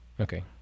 okay